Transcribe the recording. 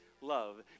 love